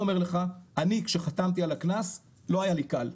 אני כשחתמתי על הקנס לא היה לי קל,